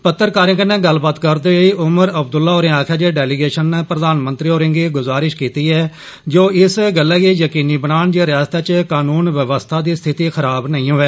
पत्रकारें कन्ने गल्लबात करदे होई उमर अब्दुल्ला होरें आखेआ जे डेलीगेशन नै प्रधानमंत्री होरें'गी गुजारिश कीती जे ओह् इस गल्लै गी यकीनी बनान जे रिआसता च कानून बवस्था दी स्थिति खराब नेई होऐ